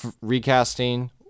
Recasting